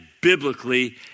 biblically